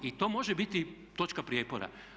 I to može biti točka prijepora.